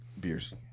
Beers